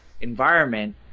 environment